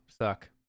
suck